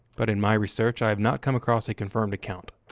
but in my research, i have not come across a confirmed account,